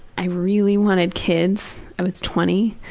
i really wanted kids. i was twenty.